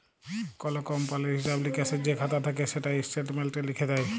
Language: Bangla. কল কমপালির হিঁসাব লিকাসের যে খাতা থ্যাকে সেটা ইস্ট্যাটমেল্টে লিখ্যে দেয়